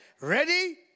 Ready